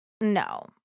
No